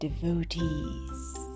Devotees